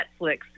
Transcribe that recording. Netflix